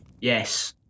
Yes